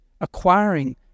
acquiring